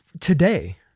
today